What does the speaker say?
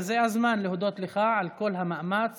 וזה הזמן להודות לך על כל המאמץ